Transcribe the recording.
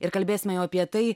ir kalbėsime jau apie tai